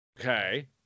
Okay